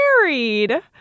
married